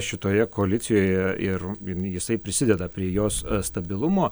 šitoje koalicijoje ir irn jisai prisideda prie jos stabilumo